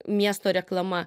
miesto reklama